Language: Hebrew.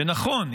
שנכון,